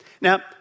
Now